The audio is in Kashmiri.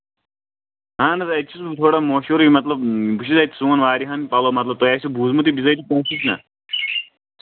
اَہن حظ ییٚتہِ چھُس بہٕ تھوڑا مٔہشوٗرٕے مطلب بہٕ چھُس اَتہِ سُوان واریِہَن پَلو مطلب تۄہہِ آسِوُ بوٗزمُتٕے بِزٲتی نہ